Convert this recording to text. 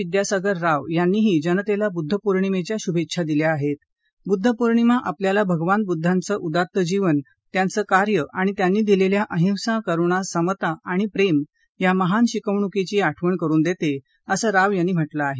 विद्यासागर राव यांनीही जनतेला बुद्धपौर्णिमेच्या शुभेच्छा दिल्या आहे बुद्ध पौर्णिमा आपल्याला भगवान बुद्धांचं उदात्त जीवन त्यांचे कार्य आणि त्यांनी दिलेल्या अहिंसा करूणा समता आणि प्रेम या महान शिकवणुकीची आठवण करून देतं असं राव यांनी म्हटलं आहे